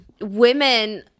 women